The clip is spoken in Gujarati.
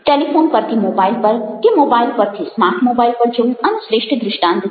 ટેલિફોન પરથી મોબાઈલ પર કે મોબાઈલ પરથી સ્માર્ટ મોબાઇલ પર જવું આનું શ્રેષ્ઠ દ્રુષ્ટાન્ત છે